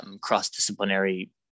cross-disciplinary